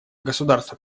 государство